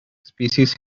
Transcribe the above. species